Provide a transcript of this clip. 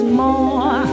more